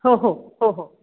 हो हो हो हो